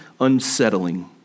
unsettling